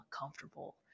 uncomfortable